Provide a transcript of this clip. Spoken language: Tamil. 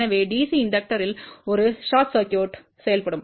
எனவே DC தூண்டியில் ஒரு குறுகிய சுற்று செயல்படும்